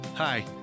Hi